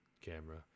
camera